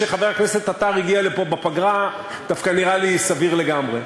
זה שחבר הכנסת עטר הגיע לפה בפגרה דווקא נראה לי סביר לגמרי.